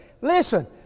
Listen